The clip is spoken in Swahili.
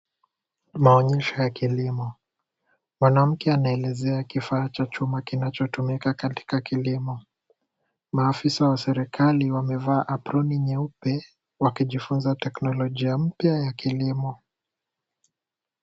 Maonyesho ya kilimo. Mwanamke anaelezea kifaa cha chuma kinachotumika katika kilimo. Maafisa wa serikali wamevaa aproni nyeupe wakijifunza teknolojia mpya ya kilimo.